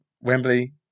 Wembley